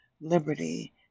liberty